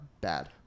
Bad